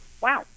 wow